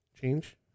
Change